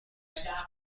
است